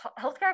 healthcare